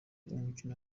umukino